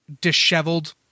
disheveled